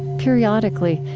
periodically,